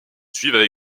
suivent